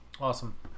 Awesome